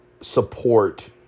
support